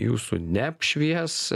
jūsų neapšvies